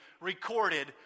recorded